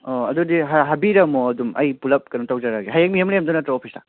ꯑꯣ ꯑꯗꯨꯗꯤ ꯍꯥꯏꯕꯤꯔꯝꯃꯣ ꯑꯗꯨꯝ ꯑꯩ ꯄꯨꯂꯞ ꯀꯩꯅꯣ ꯇꯧꯖꯔꯒꯦ ꯍꯌꯦꯡ ꯃꯦꯝ ꯂꯩꯔꯝꯗꯣꯏ ꯅꯠꯇ꯭ꯔꯣ ꯑꯣꯐꯤꯁꯇ